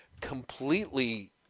completely